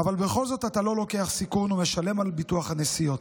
אבל בכל זאת אתה לא לוקח סיכון ומשלם על ביטוח הנסיעות.